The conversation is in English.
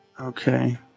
Okay